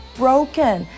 broken